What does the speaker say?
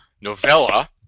novella